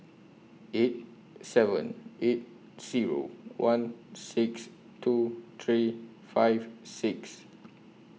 eight seven eight Zero one six two three five six